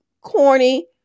corny